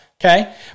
Okay